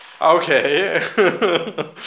Okay